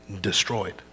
destroyed